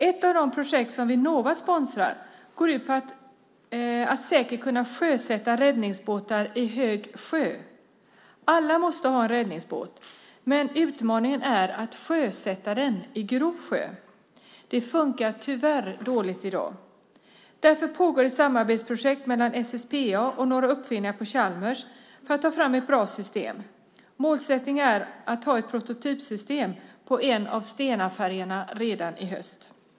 Ett av de projekt som Vinnova sponsrar går ut på att säkert kunna sjösätta räddningsbåtar i hög sjö. Alla måste ha en räddningsbåt, men utmaningen är att sjösätta den i grov sjö. Det funkar tyvärr dåligt i dag. Därför pågår ett samarbetsprojekt mellan SSPA och några uppfinnare på Chalmers för att ta fram ett bra system. Målsättningen är att redan till hösten ha ett prototypsystem på en av Stenafärjorna.